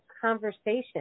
conversation